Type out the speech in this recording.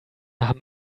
haben